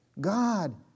God